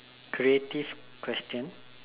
creative question